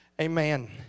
Amen